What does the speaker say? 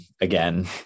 again